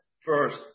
first